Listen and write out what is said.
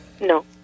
No